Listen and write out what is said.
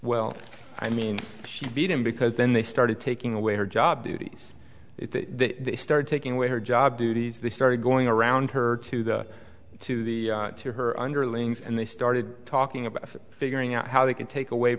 well i mean she beat him because then they started taking away her job duties they started taking away her job duties they started going around her to the to the to her underlings and they started talking about figuring out how they can take away